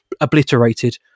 obliterated